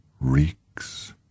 reeks